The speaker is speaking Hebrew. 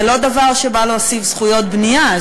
זה לא דבר שבא להוסיף זכויות בנייה.